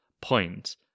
point